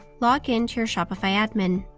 log in to your shopify admin.